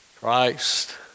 Christ